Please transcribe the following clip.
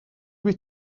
wyt